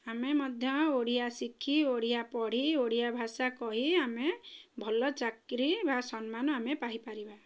ଆମେ ମଧ୍ୟ ଓଡ଼ିଆ ଶିଖି ଓଡ଼ିଆ ପଢ଼ି ଓଡ଼ିଆ ଭାଷା କହି ଆମେ ଭଲ ଚାକିରି ବା ସମ୍ମାନ ଆମେ ପାଇପାରିବା